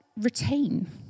retain